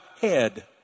head